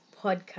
podcast